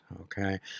okay